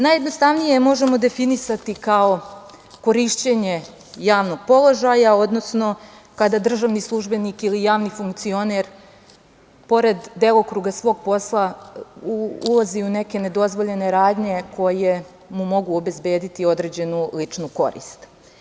Najjednostavnije je možemo definisati kao korišćenje javnog položaja odnosno kada državni službenik ili javni funkcioner, pored delokruga svog posla, ulazi u neke nedozvoljene radnje koje mu mogu obezbediti određenu ličnu korist.